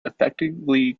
effectively